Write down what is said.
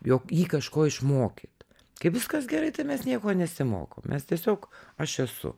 jog jį kažko išmokyt kai viskas gerai tai mes nieko nesimokom mes tiesiog aš esu